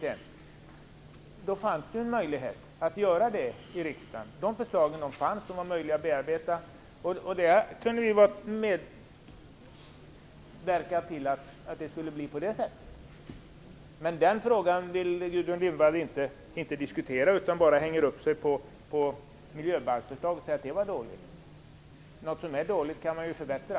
Det fanns en möjlighet att göra så i riksdagen. Förslagen fanns, och de var möjliga att bearbeta. Vi kunde medverka till att det skulle ha blivit på det sättet. Den frågan vill Gudrun Lindvall inte diskutera. Hon hänger bara upp sig på förslaget till miljöbalken och säger att det var dåligt. Något som är dåligt kan man förbättra.